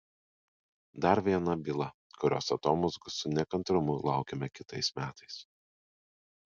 dar viena byla kurios atomazgų su nekantrumu laukiame kitais metais